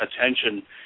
attention